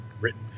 written